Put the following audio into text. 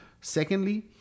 Secondly